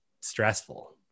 stressful